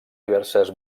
diverses